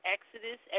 Exodus